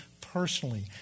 personally